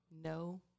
No